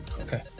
Okay